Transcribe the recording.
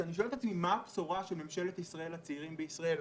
כשאני שואל את עצמי מה הבשורה של ממשלת ישראל לצעירים בישראל,